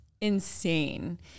Insane